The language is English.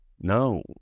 no